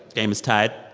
game is tied